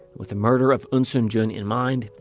with the murder of eunsoon jun in mind,